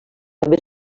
també